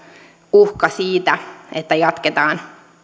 uhka siitä että jatketaan